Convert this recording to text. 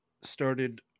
started